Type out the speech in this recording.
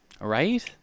Right